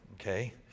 okay